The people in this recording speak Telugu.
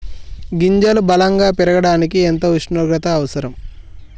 గింజలు బలం గా పెరగడానికి ఎంత ఉష్ణోగ్రత అవసరం?